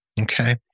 Okay